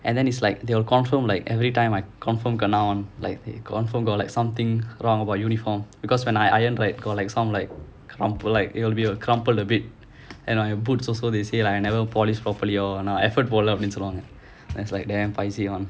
and then it's like they will confirm like everytime I confirm kena like confirm got like something wrong about uniform because when I iron right got like some like crumpled like it'll be like crumpled a bit and I have boots also they say like I never polish properly all நான் போடலைனு சொல்லுவாங்க:naan podalainnu solluvaanga and then it's like damn paiseh [one]